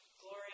glory